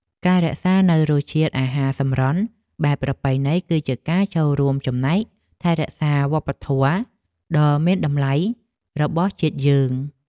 ការរក្សានូវរសជាតិអាហារសម្រន់បែបប្រពៃណីគឺជាការចូលរួមចំណែកថែរក្សាវប្បធម៌ដ៏មានតម្លៃរបស់ជាតិយើង។